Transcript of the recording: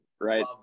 right